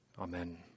Amen